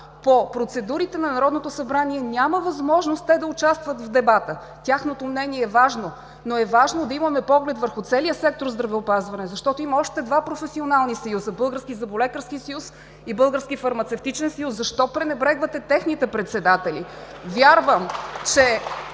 По процедурите на Народното събрание няма възможност те да участват в дебата. Тяхното мнение е важно, но е важно да имаме поглед върху целия сектор „Здравеопазване“, защото има още два професионални съюза: Български зъболекарски съюз и Български фармацевтичен съюз. Защо пренебрегвате техните председатели?